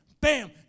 bam